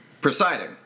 presiding